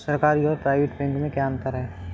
सरकारी और private bank में क्या अंतर है?